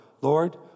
Lord